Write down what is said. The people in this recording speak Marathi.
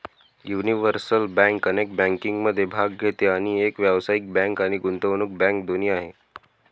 युनिव्हर्सल बँक अनेक बँकिंगमध्ये भाग घेते आणि एक व्यावसायिक बँक आणि गुंतवणूक बँक दोन्ही आहे